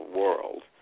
world